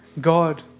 God